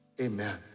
Amen